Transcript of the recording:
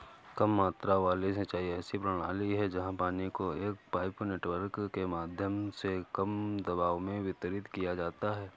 कम मात्रा वाली सिंचाई ऐसी प्रणाली है जहाँ पानी को एक पाइप नेटवर्क के माध्यम से कम दबाव में वितरित किया जाता है